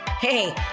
Hey